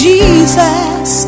Jesus